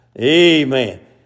Amen